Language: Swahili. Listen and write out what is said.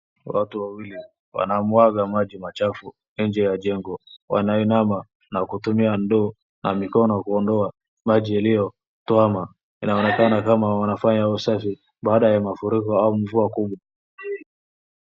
Watu wawili wanamwanga maji machafu, nje ya jengo. Wanainama na kutumia ndoo na mikono kuondoa maji yaliyo kwama inaonekana kama wanafanya usafi, baada ya mafuriko au mvua kubwa.